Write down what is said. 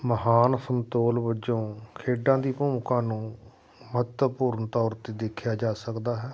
ਮਹਾਨ ਸੰਤੋਲ ਵਜੋਂ ਖੇਡਾਂ ਦੀ ਭੂਮਿਕਾ ਨੂੰ ਮਹੱਤਵਪੂਰਨ ਤੌਰ 'ਤੇ ਦੇਖਿਆ ਜਾ ਸਕਦਾ ਹੈ